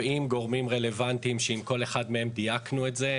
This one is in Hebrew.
גורמים רלוונטיים שעם כל אחד מהם דייקנו את זה,